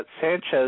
Sanchez –